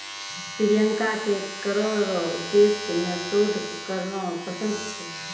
प्रियंका के करो रो उद्देश्य मे शोध करना पसंद छै